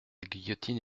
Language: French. guillotine